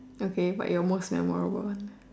okay what your most memorable one